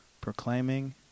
proclaiming